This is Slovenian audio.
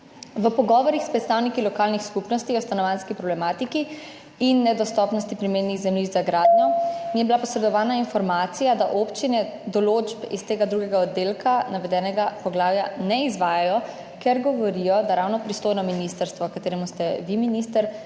V pogovorih s predstavniki lokalnih skupnosti o stanovanjski problematiki in nedostopnosti primernih zemljišč za gradnjo mi je bila posredovana informacija, da občine določb iz tega drugega oddelka navedenega poglavja ne izvajajo, ker govorijo, da ravno pristojno ministrstvo, na katerem ste vi minister,